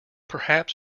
perhaps